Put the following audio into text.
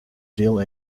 dill